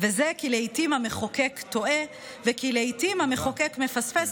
וזה כי לעיתים המחוקק טועה וכי לעיתים המחוקק מפספס,